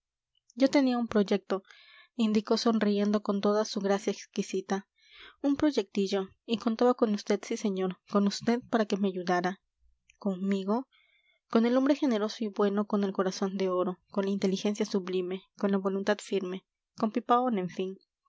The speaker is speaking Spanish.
yo tenía un proyecto indicó sonriendo con toda su gracia exquisita un proyectillo y contaba con vd sí señor con vd para que me ayudara conmigo con el hombre generoso y bueno con el corazón de oro con la inteligencia sublime con la voluntad firme con pipaón en fin